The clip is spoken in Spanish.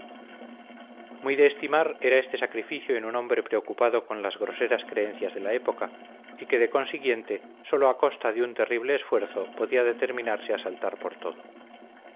muy de estimar era este sacrificio en un hombre preocupado con las groseras creencias de la época y que de consiguiente sólo a costa de un terrible esfuerzo podía determinarse a saltar por todo